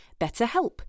BetterHelp